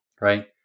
right